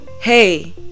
hey